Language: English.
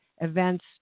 events